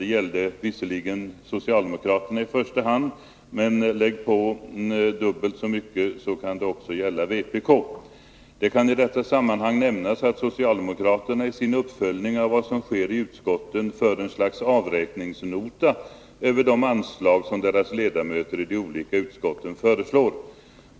Det gällde visserligen i första hand socialdemokraterna, men lägger man på dubbelt så mycket, kan det också gälla vpk. ”Det kan i detta sammanhang nämnas att socialdemokraterna i sin uppföljning av vad som sker i utskotten för en slags avräkningsnota över de anslag som deras ledamöter i de olika utskotten föreslår.